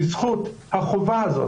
בזכות החובה הזאת.